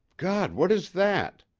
god! what is that?